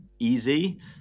easy